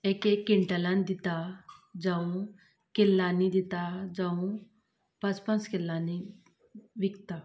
एक एक किटलान दिता जावं किल्लानी दितात पांच पांच किल्लानी विकतात